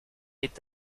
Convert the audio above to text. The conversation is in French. est